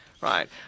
Right